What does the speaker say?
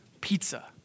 pizza